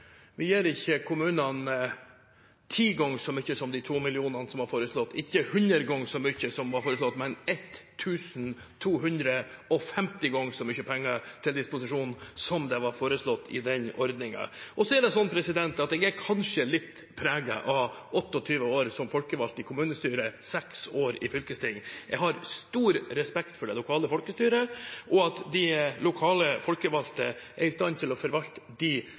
ti ganger så mye som de 2 mill. kr som var foreslått, ikke hundre ganger så mye som var foreslått, men 1 250 ganger så mye penger til disposisjon som det var foreslått i den ordningen. Jeg er kanskje litt preget av 28 år som folkevalgt i kommunestyret, seks år i fylkesting. Jeg har stor respekt for det lokale folkestyret og at de lokalt folkevalgte er i stand til å forvalte de